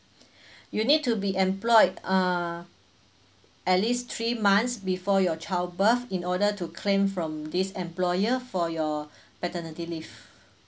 you need to be employed err at least three months before your child birth in order to claim from this employer for your paternity leave